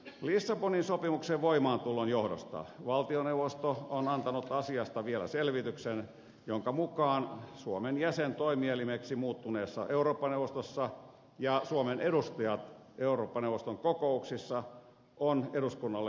lissabonin sopimuksen voimaantulon johdosta valtioneuvosto on antanut asiasta vielä selvityksen jonka mukaan suomen jäsen toimielimeksi muuttuneessa eurooppa neuvostossa ja suomen edustaja eurooppa neuvoston kokouksissa on eduskunnalle vastuunalainen pääministeri